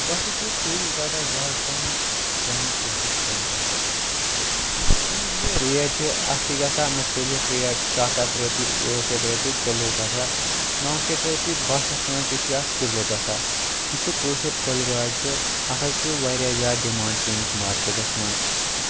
بہٕ ہَسا چھُس سُے رَٹان زیادٕ پَہَم پنٛنی کٲشِر کۄلہِ گاڈٕ یُس اَمیُک یہِ ریٹ چھِ اَتھ چھِ گژھان مختلف ریٹ سَتھ ہَتھ رَپیہِ ٲٹھ شیٚتھ رَپیہِ کِلوٗ گژھان نَو شَتھ رَپیہِ بَہہ شیٚتھ تانۍ تہِ چھِ اَتھ کِلوٗ گژھان یُس یہِ کٲشِر کۄلہِ گاڈ چھِ اَتھ حظ چھِ واریاہ زیادٕ ڈِمانٛڈ سٲنِس مارکیٹَس منٛز